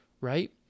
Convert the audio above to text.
right